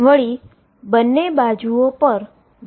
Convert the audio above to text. વળી બંને બાજુઓ પર V સમાન છે